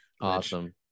Awesome